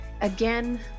Again